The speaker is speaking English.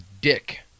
Dick